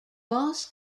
boss